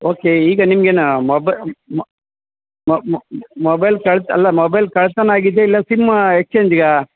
okay ಈಗ ನಿಮ್ಗೆ ಮೊಬೆ ಮೊ ಮೊಬೈಲ್ ಕಳ್ತನ ಅಲ್ಲ ಮೊಬೈಲ್ ಕಳ್ತನ ಆಗಿದ್ಯಾ ಇಲ್ಲ ಸಿಮ್ಮಾ ಎಕ್ಸ್ಚೇಂಜ್ಗಾ